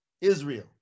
Israel